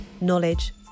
knowledge